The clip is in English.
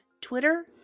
Twitter